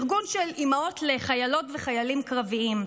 ארגון של אימהות לחיילות ולחיילים קרביים.